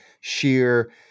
sheer